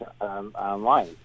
online